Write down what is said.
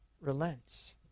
relents